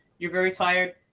you're very tired.